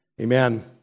Amen